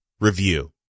review